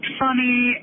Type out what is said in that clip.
funny